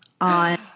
on